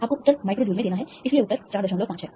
आपको उत्तर microjoule में देना है इसलिए उत्तर 45 है